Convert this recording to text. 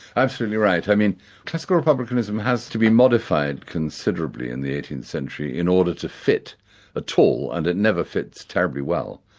absolutely right. i mean classical republicanism has to be modified considerably in the eighteenth century in order to fit at all, and it never fits terribly well,